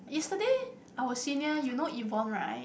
yesterday our senior you know Yvonne right